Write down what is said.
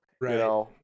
Right